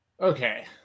Okay